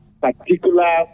particular